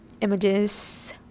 images